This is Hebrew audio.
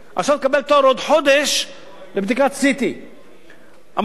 עכשיו תקבל תור לעוד חודש לבדיקת CT. אמרתי,